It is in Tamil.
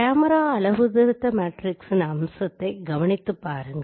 கேமரா அளவுத்திருத்த மேட்ரிக்ஸின் அம்சத்தை கவனித்து பாருங்கள்